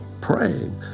praying